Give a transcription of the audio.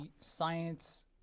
science